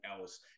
else